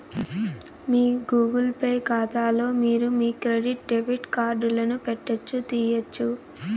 మీ Google Pay కాతాలో మీరు మీ క్రెడిట్ డెబిట్ కార్డులను పెట్టొచ్చు, తీయొచ్చు